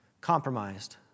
compromised